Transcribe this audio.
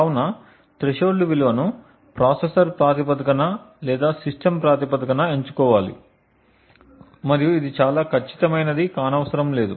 కావున థ్రెషోల్డ్ విలువను ప్రాసెసర్ ప్రాతిపదికన లేదా సిస్టమ్ ప్రాతిపదికన ఎంచుకోవాలి మరియు ఇది చాలా ఖచ్చితమైనది కానవసరం లేదు